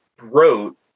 wrote